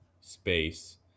space